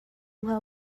hnga